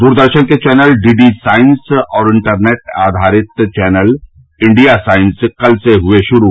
दूरदर्शन के channel D D science और internet आधारित चैनल इंडिया साइंस कल से हुये शुरू